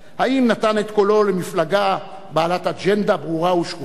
האם נתן את קולו למפלגה בעלת אג'נדה ברורה ושקופה?